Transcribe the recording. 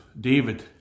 David